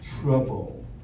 trouble